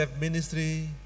Ministry